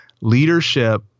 leadership